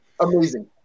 Amazing